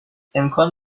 امکان